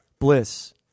bliss